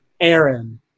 Aaron